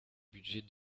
budget